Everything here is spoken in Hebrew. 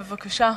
בבקשה.